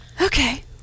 Okay